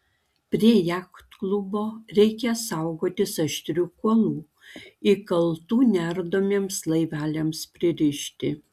prie jachtklubo reikia saugotis aštrių kuolų įkaltų neardomiems laiveliams pririšti